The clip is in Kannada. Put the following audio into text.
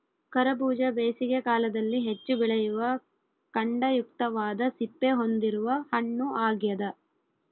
ಕರಬೂಜ ಬೇಸಿಗೆ ಕಾಲದಲ್ಲಿ ಹೆಚ್ಚು ಬೆಳೆಯುವ ಖಂಡಯುಕ್ತವಾದ ಸಿಪ್ಪೆ ಹೊಂದಿರುವ ಹಣ್ಣು ಆಗ್ಯದ